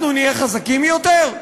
אנחנו נהיה חזקים יותר?